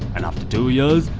and after two years,